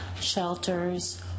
shelters